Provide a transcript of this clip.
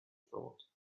thought